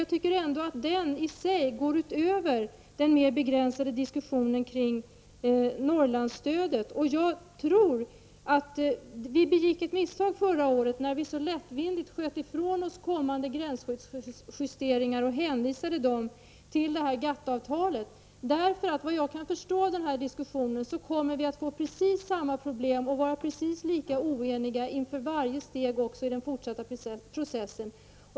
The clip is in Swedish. Jag tycker ändock att den i sig går utöver den mer begränsade diskussionen kring Norrlandsstödet. Jag tror att vi begick ett misstag förra året när vi så lättvindigt sköt ifrån oss kommande gränsskyddsjusteringar och hänvisade dem till GATT-avtalet. Vi kommer såvitt jag förstår av denna diskussion att få precis samma problem och vara precis lika oeniga inför varje steg även i den fortsatta processen.